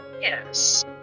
Yes